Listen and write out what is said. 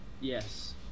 Yes